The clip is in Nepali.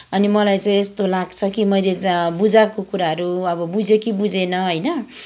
अनि मलाई चाहिँ यस्तो लाग्छ कि मैले बुझाएको कुराहरू अब बुझ्यो कि बुझेन होइन